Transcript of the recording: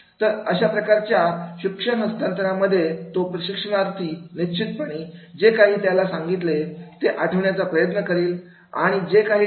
तर अशा प्रकारच्या शिक्षण हस्तांतरनामध्ये तो प्रशिक्षणार्थी निश्चितपणे जे काही त्याला सांगितले ते आठवण्याचा प्रयत्न करेल आणि जे काही टाळायचे आहे